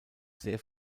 sehr